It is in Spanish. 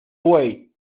buey